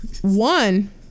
one